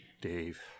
Dave